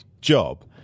job